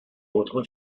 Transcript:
autre